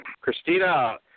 Christina